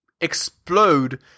explode